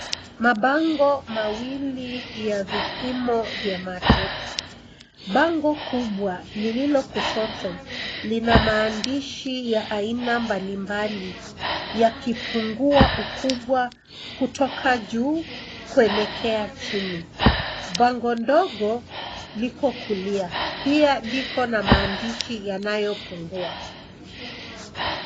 Mabango mawili ya vipimo vya macho. Bango kubwa lililo kushoto lina maandishi ya aina mbalimbali yakipungua ukubwa kutoka juu kuelekea chini. Bango ndogo liko kulia pia liko na maandishi yanayopungua.